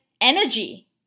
energy